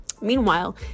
Meanwhile